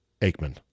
Aikman